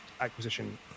acquisition